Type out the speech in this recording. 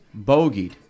Bogeyed